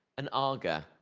an aga.